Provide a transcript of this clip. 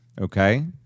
okay